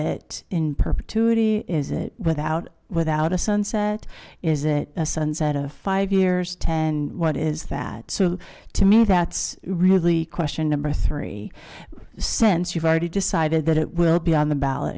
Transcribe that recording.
perpetuity is it without without a sunset is it a sunset of five years ten what is that to me that's really question number three cents you've already decided that it will be on the ballot